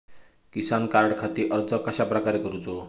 किसान कार्डखाती अर्ज कश्याप्रकारे करूचो?